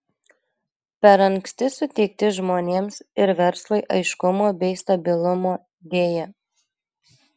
per anksti suteikti žmonėms ir verslui aiškumo bei stabilumo deja